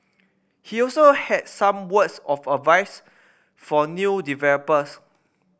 he also had some words of advice for new developers